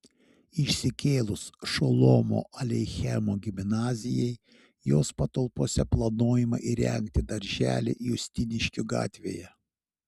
išsikėlus šolomo aleichemo gimnazijai jos patalpose planuojama įrengti darželį justiniškių gatvėje